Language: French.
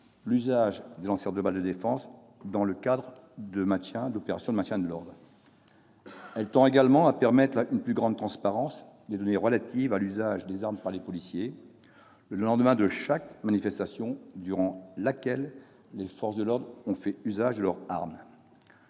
l'usage des lanceurs de balles de défense dans le cadre d'opérations de maintien de l'ordre. Elle tend également à permettre une plus grande transparence des données relatives à l'usage des armes par les policiers : le lendemain de chaque manifestation durant laquelle les forces de l'ordre ont fait usage de leurs armes,